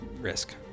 Risk